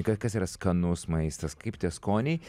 ka kas yra skanus maistas kaip tie skoniai